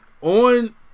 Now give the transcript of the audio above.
on